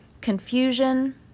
confusion